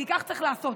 כי כך צריך לעשות.